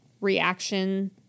reaction